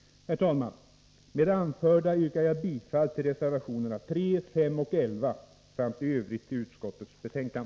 Herr talman! Med det anförda yrkar jag bifall till reservationerna 3, 5 och 11 samt i övrigt till utskottets hemställan.